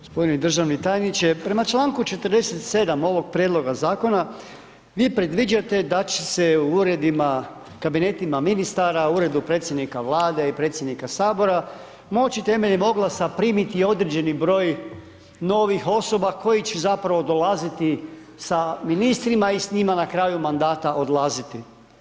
g. Državni tajniče, prema čl. 47. ovog prijedloga zakona vi predviđate da će se u uredima, kabinetima ministara, uredu predsjednika Vlade i predsjednika HS moći temeljem oglasa primiti određeni broj novih osoba koji će zapravo dolaziti sa ministrima i s njima na kraju mandata odlaziti.